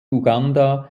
uganda